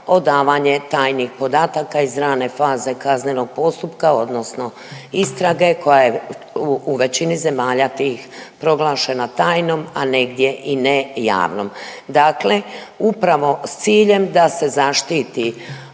odavanje tajnih podataka iz rane faze kaznenog postupka odnosno istrage koja je u većini zemalja tih proglašena tajnom, a negdje i nejavnom. Dakle, upravo s ciljem da se zaštiti